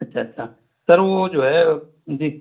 اچھا اچھا سر وہ جو ہے جی